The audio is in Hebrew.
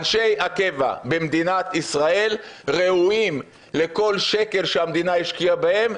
אנשי הקבע במדינת ישראל ראויים לכל שקל שהמדינה השקיעה בהם,